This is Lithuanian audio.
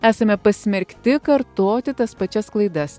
esame pasmerkti kartoti tas pačias klaidas